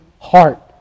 heart